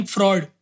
Fraud